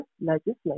legislation